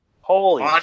Holy